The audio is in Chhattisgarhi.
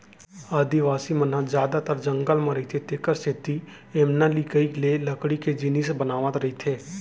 आदिवासी मन ह जादातर जंगल म रहिथे तेखरे सेती एमनलइकई ले लकड़ी के जिनिस बनावत रइथें